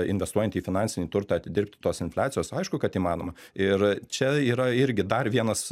investuojant į finansinį turtą atidirbti tos infliacijos aišku kad įmanoma ir čia yra irgi dar vienas